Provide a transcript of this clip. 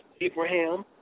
Abraham